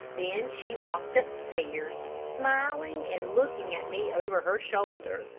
then she walked upstairs, smiling and looking at me over her shoulder.